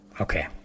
Okay